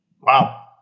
Wow